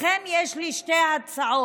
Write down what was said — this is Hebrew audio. לכן, יש לי שתי הצעות,